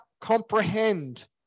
comprehend